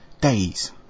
Days